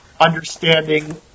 understanding